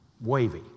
wavy